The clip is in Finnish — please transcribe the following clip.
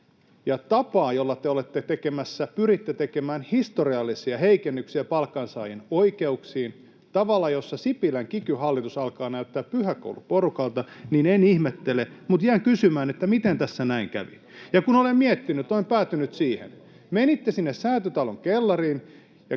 ja tapaa, jolla te pyritte tekemään historiallisia heikennyksiä palkansaajien oikeuksiin tavalla, jossa Sipilän kiky-hallitus alkaa näyttää pyhäkouluporukalta, niin en ihmettele, mutta jään kysymään: miten tässä näin kävi? Kun olen miettinyt, olen päätynyt siihen, että menitte sinne Säätytalon kellariin ja